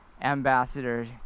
Ambassador